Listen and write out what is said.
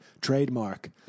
trademark